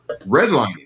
redlining